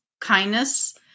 kindness